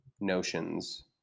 notions